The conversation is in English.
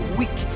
weak